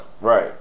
right